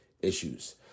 issues